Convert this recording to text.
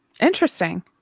Interesting